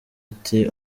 ati